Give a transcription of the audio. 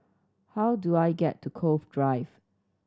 how do I get to Cove Drive